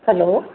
hello